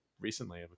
recently